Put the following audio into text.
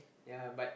ya but